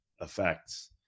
effects